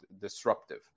disruptive